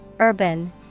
Urban